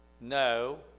no